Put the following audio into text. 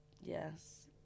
yes